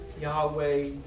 Yahweh